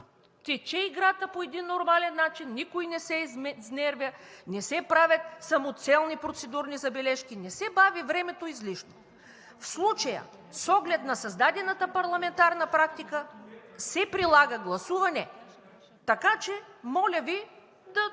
тече играта по един нормален начин, никой не се изнервя, не се правят самоцелни процедурни забележки, не се бави времето излишно. В случая, с оглед на създадената парламентарна практика, се прилага гласуване, така че моля Ви да бъдем